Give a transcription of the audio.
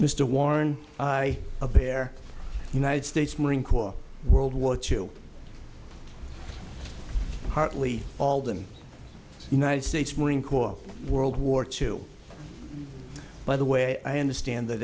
mr warren a pair united states marine corps world war two hartley all of them united states marine corps world war two by the way i understand that